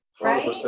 right